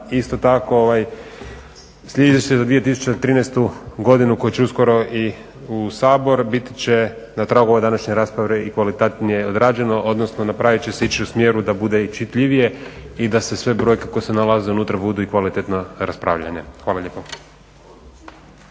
isto tako izvješće za 2013. godinu koje će uskoro i u Sabor biti će na tragu ove današnje rasprave i kvalitetnije odrađeno, odnosno napravit će se, ići u smjeru da bude i čitljivije i da se sve brojke koje se nalaze unutra budu i kvalitetno raspravljene. Hvala lijepa.